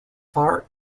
far